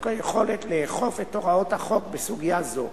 היכולת לאכוף הוראות החוק בסוגיה זו.